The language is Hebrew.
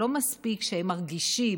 שלא מספיק שהם מרגישים,